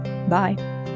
Bye